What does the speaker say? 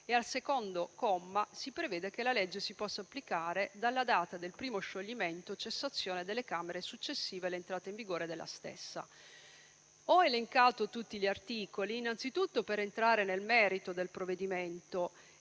e, al secondo comma, si prevede che la legge si possa applicare dalla data del primo scioglimento o cessazione delle Camere successive all'entrata in vigore della stessa. Ho elencato tutti gli articoli innanzitutto per entrare nel merito del provvedimento